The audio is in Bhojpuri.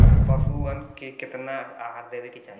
पशुअन के केतना आहार देवे के चाही?